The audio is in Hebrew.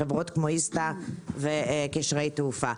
חברות כמו איסתא וקשרי תעופה.